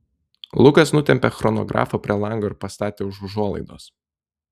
lukas nutempė chronografą prie lango ir pastatė už užuolaidos